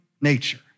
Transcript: nature